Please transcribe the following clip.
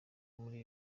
muri